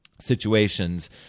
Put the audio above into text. situations